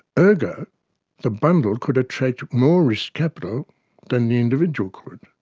ergo the bundle could attract more risk capital than the individual could.